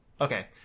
Okay